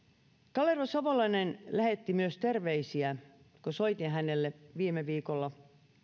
kalervo savolainen lähetti myös terveisiä kun soitin hänelle viime viikolla